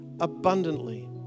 abundantly